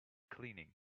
cleaning